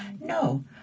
No